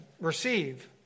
receive